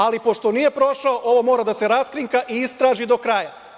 Ali, pošto nije prošlo, ovo mora da se raskrinka i istraži do kraja.